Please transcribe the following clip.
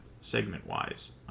segment-wise